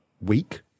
week